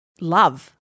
love